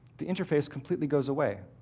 the interface completely goes away.